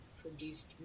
produced